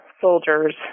soldiers